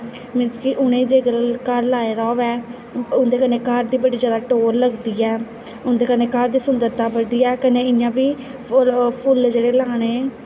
मतलब कि जे उ'नें गी घर लाए दा होऐ उं'दे कन्नै घर दी बड़ी जादा टौह्र लगदी ऐ उं'दै कन्नै घर दी सुंगरता बधदी ऐ कन्नै इ'यां बी फुल्ल जेह्ड़े लाने